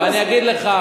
אני אגיד לך,